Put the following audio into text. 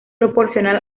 proporcional